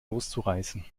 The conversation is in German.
loszureißen